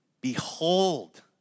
Behold